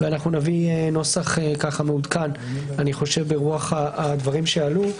ונביא נוסח מעודכן ברוח הדברים שעלו.